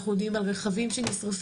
אנחנו יודעים על רכבים שנשרפים,